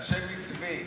על שם מי צבי?